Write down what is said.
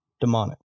demonic